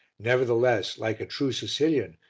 nevertheless, like a true sicilian,